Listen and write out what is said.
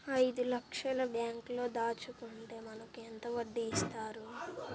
ఐదు లక్షల బ్యాంక్లో దాచుకుంటే మనకు ఎంత వడ్డీ ఇస్తారు?